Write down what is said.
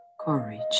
courage